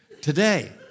Today